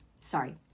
sorry